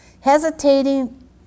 hesitating